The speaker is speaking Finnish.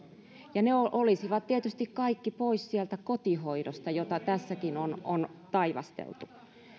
ja ne olisivat tietysti kaikki pois sieltä kotihoidosta mitä tässäkin on on taivasteltu